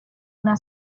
una